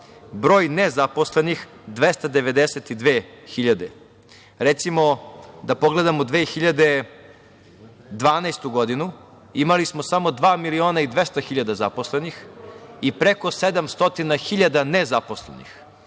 broj nezaposlenih 292.000. Recimo, da pogledamo 2012. godinu – imali smo samo 2.200.000 zaposlenih i preko 700 stotina